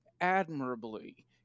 admirably